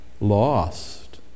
Lost